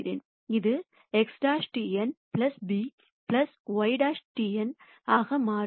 இது X'T n b Y 'T n ஆக மாறும்